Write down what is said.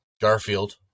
Garfield